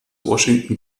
washington